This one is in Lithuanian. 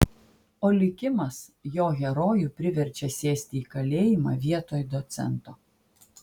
o likimas jo herojų priverčia sėsti į kalėjimą vietoj docento